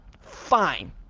Fine